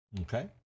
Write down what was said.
Okay